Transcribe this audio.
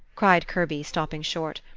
cried kirby, stopping short.